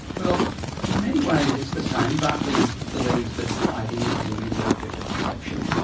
well in many ways it's the same. berkeley believes that ideas are the immediate object of perception,